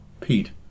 Pete